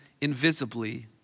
invisibly